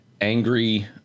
angry